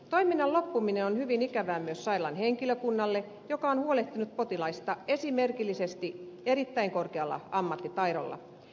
toiminnan loppuminen on hyvin ikävää myös sairaalan henkilökunnalle joka on huolehtinut potilaista esimerkillisesti erittäin korkealla ammattitaidolla